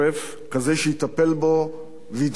כזה שיטפל בו וידאג לו.